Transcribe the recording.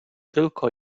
tylko